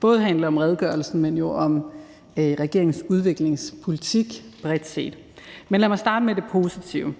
både handle om redegørelsen, men også om regeringens udviklingspolitik bredt set. Men lad mig starte med det positive: